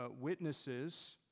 witnesses